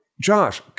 Josh